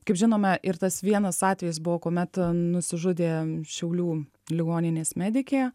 kaip žinome ir tas vienas atvejis buvo kuomet nusižudė šiaulių ligoninės medikė